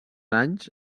anys